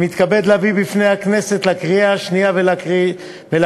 אני מתכבד להביא בפני הכנסת לקריאה השנייה ולקריאה